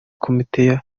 komite